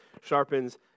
sharpens